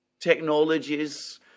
technologies